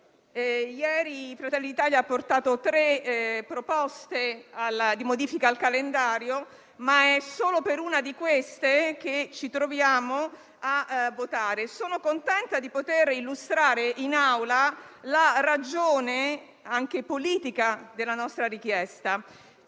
Conferenza dei Capigruppo tre proposte di modifica al calendario, ma è solo per una di queste che ci troviamo a votare. Sono contenta di poter illustrare in Aula la ragione anche politica della nostra richiesta.